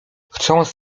chcąc